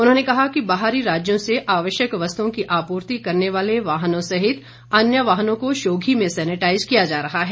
उन्होंने कहा कि बाहरी राज्यों से आवश्यक वस्तुओं की आपूर्ति करने वाले वाहनों सहित अन्य वाहनों को शोधी में सैनेटाईज किया जा रहा है